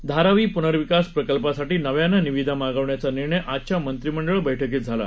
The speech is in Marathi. धारावी पुनर्विकास प्रकल्पासाठी नव्यानं निविदा मागवण्याचा निर्णय आजच्या मंत्रिमंडळ बैठकीत झाला